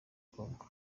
congo